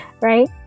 right